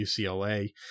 UCLA